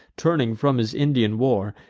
turning from his indian war,